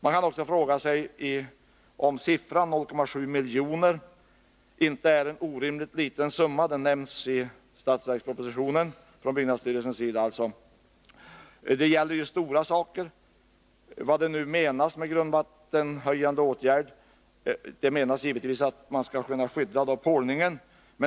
Man kan också fråga sig om inte beloppet 0,7 milj.kr., som byggnadsstyrelsen har angett och som nämns i budgetpropositionen, är en orimligt liten summa. Det gäller ju stora saker. Vad menas då med uttrycket ”grundvattenhöjande åtgärd”? Jo, givetvis att man skall skydda pålningen.